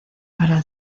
para